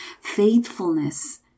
faithfulness